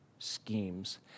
Schemes